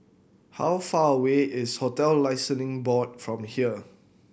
how far away is Hotel Licensing Board from here